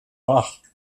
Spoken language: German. bach